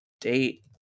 date